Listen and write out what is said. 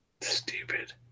Stupid